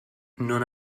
non